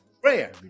Prayer